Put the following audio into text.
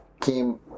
came